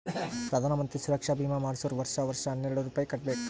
ಪ್ರಧಾನ್ ಮಂತ್ರಿ ಸುರಕ್ಷಾ ಭೀಮಾ ಮಾಡ್ಸುರ್ ವರ್ಷಾ ವರ್ಷಾ ಹನ್ನೆರೆಡ್ ರೂಪೆ ಕಟ್ಬಬೇಕ್